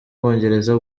bwongereza